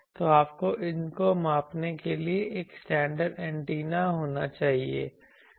तो आपको इनको मापने के लिए एक स्टैंडर्ड एंटीना होना चाहिए